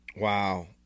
Wow